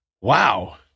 Wow